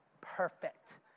perfect